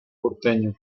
porteño